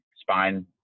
spine